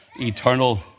eternal